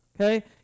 okay